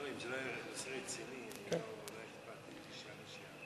אדוני היושב-ראש, רבותי השרים,